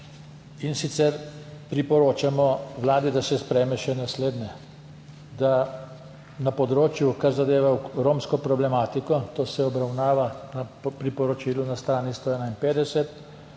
in sicer priporočamo Vladi, da se sprejme še naslednje: da področju, ki zadeva romsko problematiko, to se obravnava v priporočilu na strani 151,